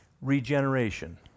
regeneration